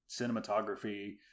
cinematography